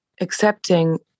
accepting